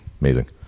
amazing